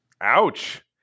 Ouch